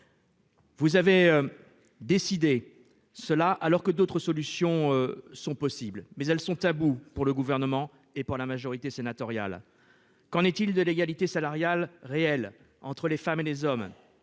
Vous avez. Décidé cela alors que d'autres solutions sont possibles, mais elles sont tabou pour le gouvernement et pour la majorité sénatoriale. Qu'en est-il de l'égalité salariale réelle entre les femmes et les hommes